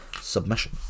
submission